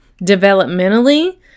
developmentally